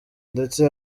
ndetse